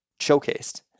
showcased